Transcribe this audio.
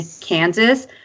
Kansas